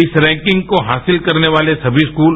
इस रैंकिंग को हासिल करने वाले सभी स्कूल